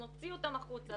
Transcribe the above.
נוציא אותם החוצה,